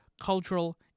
cultural